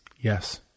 Yes